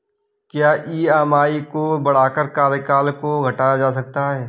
क्या ई.एम.आई को बढ़ाकर कार्यकाल को घटाया जा सकता है?